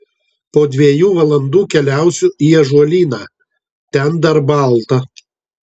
po dviejų valandų keliausiu į ąžuolyną ten dar balta